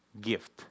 gift